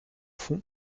fond